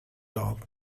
dog